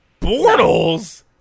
Bortles